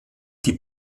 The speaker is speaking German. die